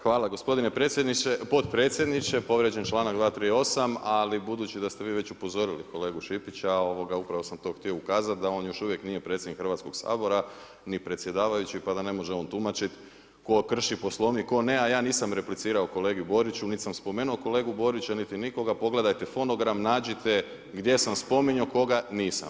Hvala gospodine potpredsjedniče, povrijeđen je članak 238., ali budući da ste vi već upozorili kolegu Šipića, upravo sam to htio ukazati da on još uvijek nije predsjednik Hrvatskoga sabora ni predsjedavajući pa da ne može on tumačiti tko krši Poslovnik a tko ne a ja nisam replicirao kolegi Boriću niti sam spomenuo kolegu Borića, niti nikoga, pogledajte fonogram, nađite gdje sam spominjao, koga nisam.